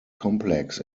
complex